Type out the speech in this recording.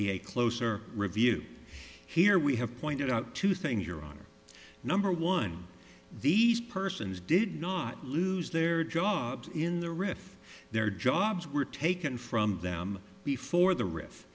be a closer review here we have pointed out two thing your honor number one these persons did not lose their jobs in the riff their jobs were taken from them before the ri